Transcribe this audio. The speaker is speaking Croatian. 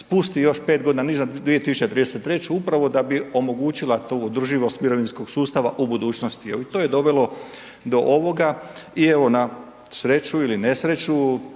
spusti još 5 g. niže, na 2033. upravo da bi omogućila tu održivost mirovinskog sustava u budućnosti i to je dovelo do ovoga i evo na sreću ili nesreću,